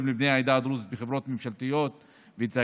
לבני העדה הדרוזית בחברות ממשלתיות ותאגידים.